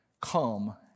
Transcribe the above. come